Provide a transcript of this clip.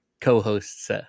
co-hosts